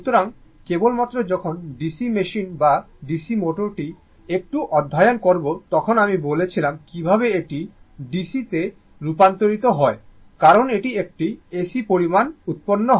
সুতরাং কেবল মাত্র যখন DC মেশিন বা DC মোটর টি একটু অধ্যয়ন করব তখন আমি বলেছিলাম কীভাবে এটি DC তে রূপান্তরিত হয় কারণ এটি একটি AC পরিমাণ উত্পন্ন হয়